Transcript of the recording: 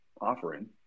offering